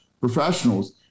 professionals